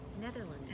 netherlands